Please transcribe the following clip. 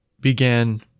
began